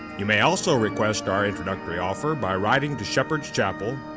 you may also request our introductory offer by writing to shepherd's chapel,